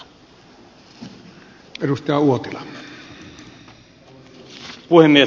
arvoisa puhemies